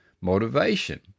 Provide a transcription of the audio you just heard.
motivation